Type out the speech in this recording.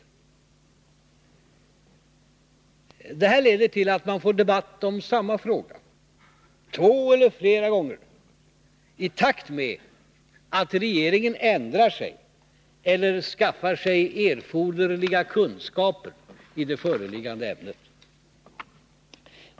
Detta tillvägagångssätt leder till att man får debatt om samma fråga två eller flera gånger i takt med att regeringen ändrar sig eller skaffar sig erforderliga kunskaper i det föreliggande ämnet.